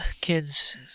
Kids